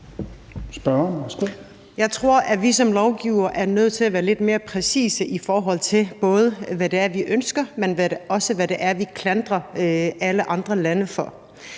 Jeg tror, at vi som lovgivere er nødt til at være lidt mere præcise, både i forhold til hvad det er, vi ønsker, men også hvad det er, vi klandrer alle andre lande for.